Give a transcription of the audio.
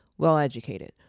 well-educated